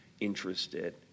interested